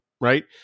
right